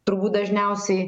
turbūt dažniausiai